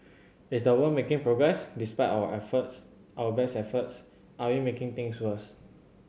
is the world making progress despite our efforts our best efforts are we making things worse